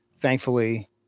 Thankfully